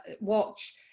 watch